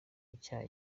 icyaha